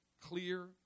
clear